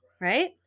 Right